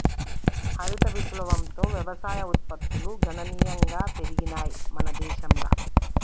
హరిత విప్లవంతో వ్యవసాయ ఉత్పత్తులు గణనీయంగా పెరిగినయ్ మన దేశంల